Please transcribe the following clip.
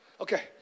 Okay